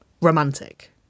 romantic